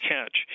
Catch